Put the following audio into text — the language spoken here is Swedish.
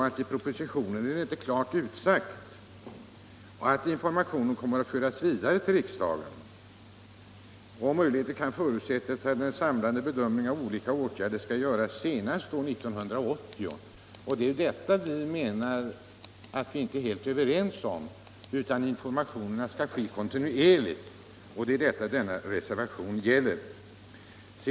Men i propositionen är det faktiskt inte klart utsagt att informationen kommer att föras vidare till riksdagen. Möjligen kan det förutsättas att den samlade bedömningen av olika åtgärder som skall göras senast år 1980 kommer att redovisas. Det är om detta vi inte är helt överens. Informationen skall ske kontinuerligt, och det är det reservationen gäller.